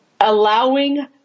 allowing